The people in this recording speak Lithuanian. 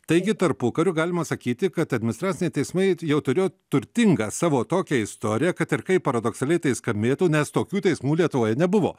taigi tarpukariu galima sakyti kad administraciniai teismai jau turėjo turtingą savo tokią istoriją kad ir kaip paradoksaliai tai skambėtų nes tokių teismų lietuvoje nebuvo